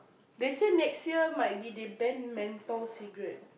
they say next year might be they ban menthol cigarette